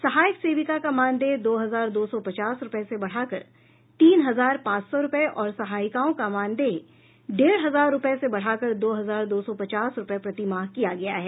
सहायक सेविका का मानदेय दो हजार दो सौ पचास रुपये से बढ़ाकर तीन हजार पांच सौ रुपये और सहायिकाओं का मानदेय डेढ़ हजार रुपये से बढ़ाकर दो हजार दो सौ पचास रुपये प्रतिमाह किया गया है